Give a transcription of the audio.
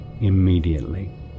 immediately